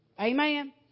Amen